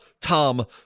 Tom